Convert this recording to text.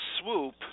swoop